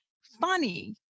funny